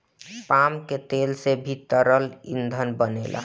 palm के तेल से भी तरल ईंधन बनेला